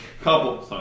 Couple